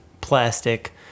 plastic